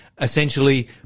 essentially